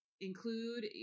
include